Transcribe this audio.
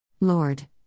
Lord